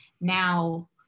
now